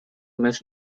miss